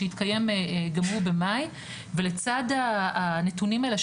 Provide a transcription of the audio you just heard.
שהתקיים גם הוא במאי ולצד הנתונים האלה,